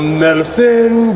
medicine